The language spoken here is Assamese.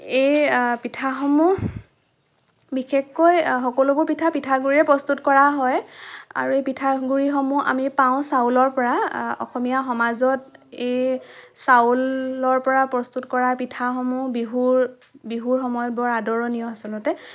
এই পিঠাসমূহ বিশেষকৈ সকলোবোৰ পিঠা পিঠা গুৰিৰে প্ৰস্তুত কৰা হয় আৰু এই পিঠাগুৰিসমূহ আমি পাওঁ চাউলৰ পৰা অসমীয়া সমাজত এই চাউলৰ পৰা প্ৰস্তুত কৰা পিঠাসমূহ বিহুৰ বিহুৰ সময়ত বৰ আদৰণীয় আচলতে